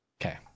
Okay